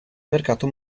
mercato